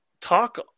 talk